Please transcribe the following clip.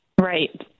Right